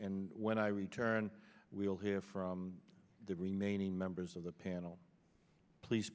and when i return we'll hear from the remaining members of the panel please